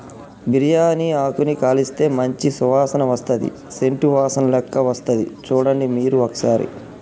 బిరియాని ఆకును కాలిస్తే మంచి సువాసన వస్తది సేంట్ వాసనలేక్క వస్తది చుడండి మీరు ఒక్కసారి